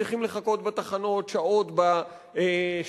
וצריכים לחכות בתחנות שעות בשמש,